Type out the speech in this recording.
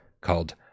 called